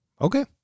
Okay